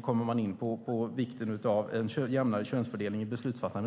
kommer man in på vikten av en jämnare könsfördelning i beslutsfattandet.